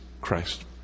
Christ